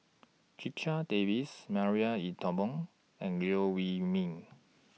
Checha Davies Marie Ethel Bong and Liew Wee Mee